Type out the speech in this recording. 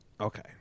Okay